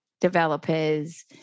developers